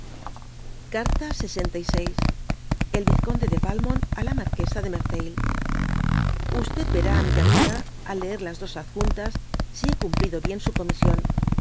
carta el vizconde de valmont á la marquesa de merteuil yeiá amiga miaal leer las dos ad untas si he cumplido bien su comisión